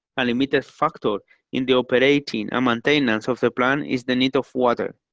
and omitted factor in the operating um and maintenance of the plant is the need of water,